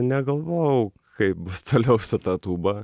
negalvojau kaip bus toliau su ta tūba